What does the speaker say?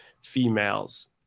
Females